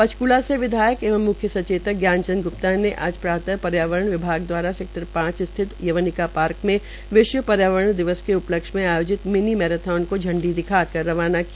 पंचक्ला से विधायक एवं म्ख्य सचेतक ज्ञान चंद ग्प्ता ने आज प्रात पर्यावरण विभाग द्वारा सेक्टर पांच स्थित यवनिका पार्क में विश्व पर्यावरण दिवस के उपलक्ष्य में आयोजित मिनी मैरेथान को झंडी दिखा कर रवाना किया